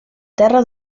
terra